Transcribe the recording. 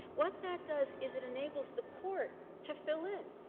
what that does is it enables the court to fill in,